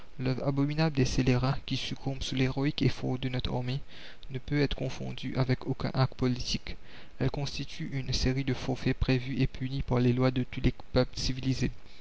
abominable des scélérats qui succombent sous l'héroïque effort de notre armée ne peut être confondue avec aucun acte politique elle constitue une série de forfaits prévus et punis par les lois de tous les peuples civilisés